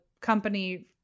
company